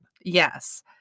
Yes